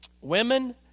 women